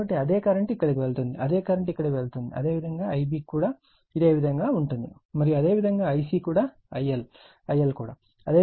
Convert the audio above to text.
కాబట్టి అదే కరెంట్ ఇక్కడకు వెళుతోంది అదే కరెంట్ ఇక్కడకు వెళుతోంది అదేవిధంగా Ib కి కూడా ఇదే విధంగా ఉంటుంది మరియు అదేవిధంగా Ic కూడా IL కూడా అవుతుంది